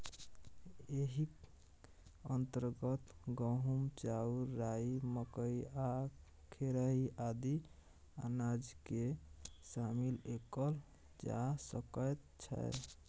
एहिक अंतर्गत गहूम, चाउर, राई, मकई आ खेरही आदि अनाजकेँ शामिल कएल जा सकैत छै